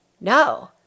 No